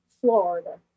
Florida